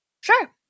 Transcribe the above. Sure